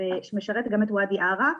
שמשרת גם את ואדי ערה,